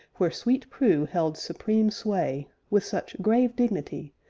where sweet prue held supreme sway, with such grave dignity,